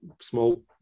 small